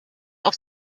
auf